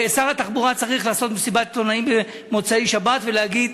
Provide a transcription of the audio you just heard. שר התחבורה צריך לעשות מסיבת עיתונאים במוצאי שבת ולהגיד: